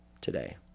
today